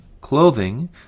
clothing